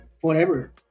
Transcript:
forever